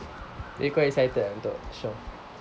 you quite excited ah untuk shore